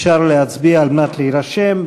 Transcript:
אפשר להצביע על מנת להירשם.